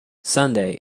sunday